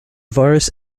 virus